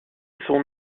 son